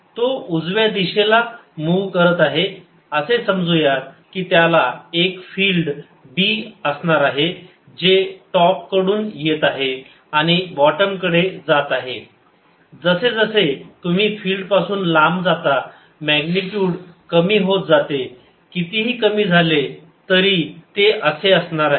तो उजव्या दिशेला मूव्ह करत आहे असे समजू यात त्याला एक B फील्ड असणार आहे जे टॉप कडून येत आहे आणि बॉटम कडे जात आहे जसे जसे तुम्ही फिल्ड पासून लांब जाता मॅग्निट्युड कमी होत जाते कितीही कमी झाले तरी हे असे आहे